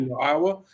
Iowa